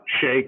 shake